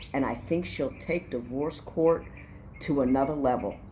and i think she'll take divorce court to another level.